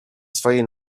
swoje